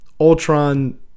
Ultron